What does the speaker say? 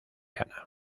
ana